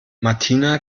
martina